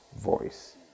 voice